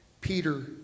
Peter